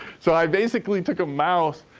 so i basically took a mouse,